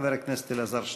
חבר הכנסת אלעזר שטרן.